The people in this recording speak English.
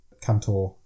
Cantor